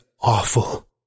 awful